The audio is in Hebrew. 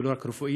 ולא רק רפואית.